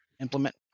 implement